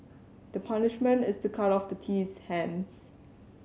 the punishment is to cut off the thief's hands